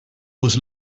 was